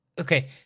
Okay